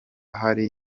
hari